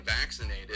vaccinated